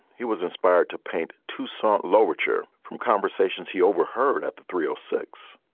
he was inspired to paint, to sort lower cheer from conversations he overheard at the three or six.